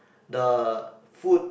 the food